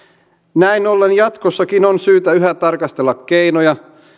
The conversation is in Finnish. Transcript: näin ollen jatkossakin on syytä yhä tarkastella keinoja